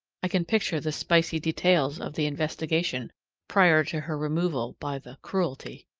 i can picture the spicy details of the investigation prior to her removal by the cruelty.